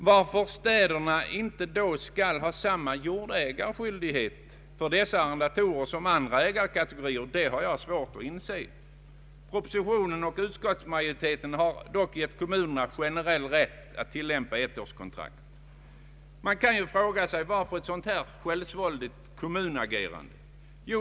Varför städerna då inte skall ha samma jordägarskyldighet för arrendatorerna som andra ägarkategorier har jag svårt att inse. Propositionen och utskottsmajoriteten har dock gett kommunerna generell rätt att tillämpa ettårskontrakt. Varför ett så självsvåldigt kommunagerande?